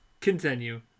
continue